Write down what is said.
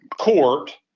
court